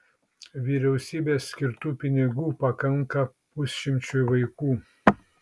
vyriausybės skirtų pinigų pakanka pusšimčiui vaikų